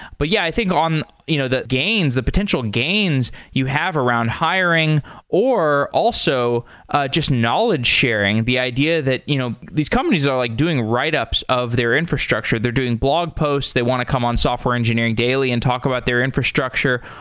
but yeah, i think on you know the gains, the potential gains you have around hiring or also just knowledge sharing. the idea that you know these companies are like doing write ups of their infrastructure. they're doing blog posts. they want to come on software engineering daily and talk about their infrastructure.